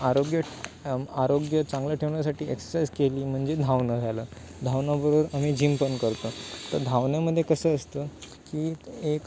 आरोग्य आरोग्य चांगल्या ठेवण्यासाठी एक्सरसाइज केली म्हणजे धावण झालं धावण बरोबर आम्ही जिम पण करतो तर धावण्यामध्ये कसं असतं की एक